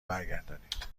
برگردانید